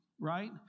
right